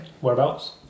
Whereabouts